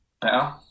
better